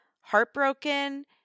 heartbroken